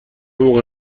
موقع